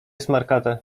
smarkate